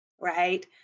right